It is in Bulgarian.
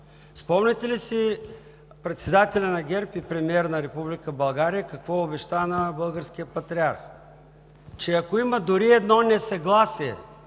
спомняте ли си председателят на ГЕРБ и премиер на Република България какво обеща на българския патриарх? „Ако има дори едно несъгласие